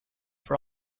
for